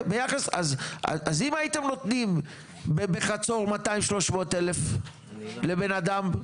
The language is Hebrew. אז אם הייתם נותנים בחצור 200-300 אלף לבן אדם.